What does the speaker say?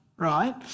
right